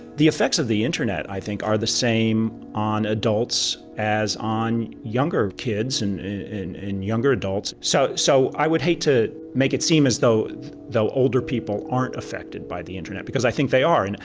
the effects of the internet, i think, are the same on adults as on younger kids and and younger adults. so so i would hate to make it seem as though though older people aren't affected by the internet, because i think they are, and and